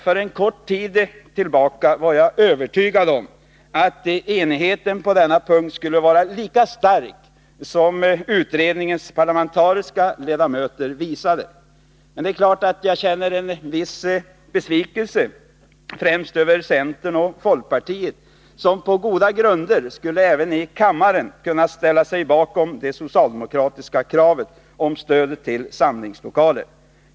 För en kort tid sedan var jag övertygad om att enigheten på denna punkt skulle vara lika stark som den enighet utredningens parlamentariska ledamöter visade. Det är klart att jag känner en viss besvikelse, främst när det gäller centern och folkpartiet, som på goda grunder även i kammaren skulle kunna ställa sig bakom det socialdemokratiska kravet i fråga om stödet till samlingslokaler.